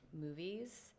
movies